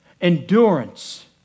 Endurance